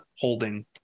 holding